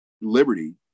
liberty